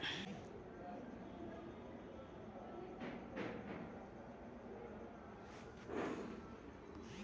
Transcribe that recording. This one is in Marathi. तू कितला वरीस बँकना एजंट म्हनीन काम करेल शे?